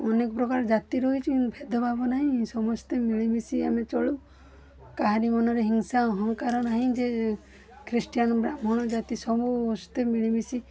ଅନେକ ପ୍ରକାର ଜାତି ରହିଛି କିନ୍ତୁ ଭେଦଭାବ ନାହିଁ ସମସ୍ତେ ମିଳିମିଶି ଆମେ ଚଳୁ କାହାରି ମନରେ ହିଂସା ଅହଂକାର ନାହିଁ ଯେ ଖ୍ରୀଷ୍ଟିୟାନ ବ୍ରାହ୍ମଣ ଜାତି ସବୁ ସମସ୍ତେ ମିଳିମିଶି